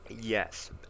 yes